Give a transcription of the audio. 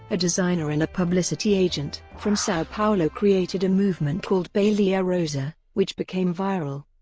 a designer and a publicity agent from sao paulo created a movement called baleia rosa, which became viral.